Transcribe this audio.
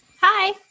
Hi